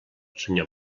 senyor